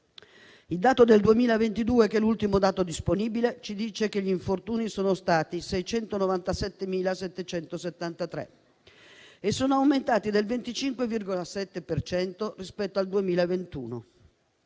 Il dato del 2022 (l'ultimo dato disponibile) ci dice che gli infortuni sono stati 697.773 e che sono aumentati del 25,7 per cento rispetto al 2021;